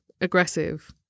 aggressive